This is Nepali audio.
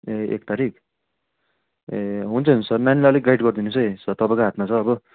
ए एक तारिख ए हुन्छ सर नानीलाई अलिक गाइड गरिदिनुहोस् है तपाईँकै हातमा छ अब